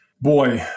boy